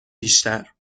بیشتر